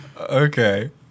Okay